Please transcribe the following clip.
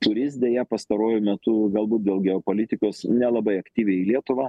kuris deja pastaruoju metu galbūt dėl geopolitikos nelabai aktyviai į lietuvą